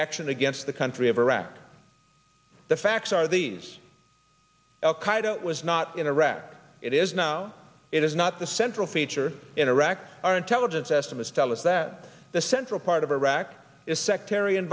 action against the country of iraq the facts are these al qaeda was not in iraq it is now it is not the central feature in iraq our intelligence estimates tell us that the central part of iraq is sectar